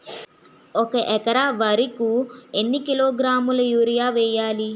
ఒక ఎకర వరి కు ఎన్ని కిలోగ్రాముల యూరియా వెయ్యాలి?